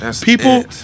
people